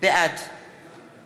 בעד